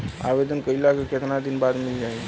आवेदन कइला के कितना दिन बाद मिल जाई?